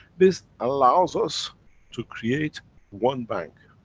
this allows us to create one bank,